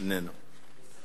איננו.